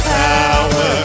power